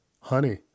Honey